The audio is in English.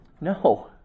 No